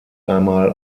einmal